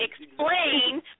Explain